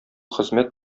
хезмәт